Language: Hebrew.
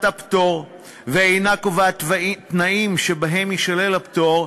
הפטור ואינה קובעת תנאים שבהם יישלל הפטור,